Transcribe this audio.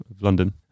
London